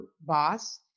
boss